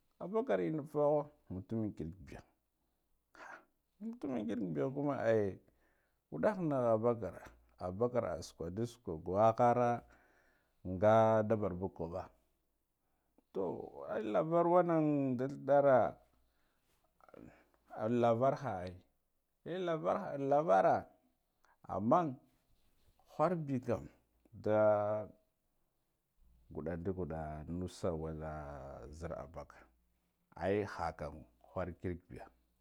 Abakar enna fa mutumin kiki nbiya hara matumin kirki mbiya kuma eh wuddah annaha abakar abakar a sakwa da sukwa wakhara, nga nda barbagan kubba to ai labar wannan ndathi dara labar ha ai eh lavara, amman khur bi kam nda ngu da ngidda nusar akan nzir abakar ai hakam